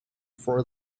for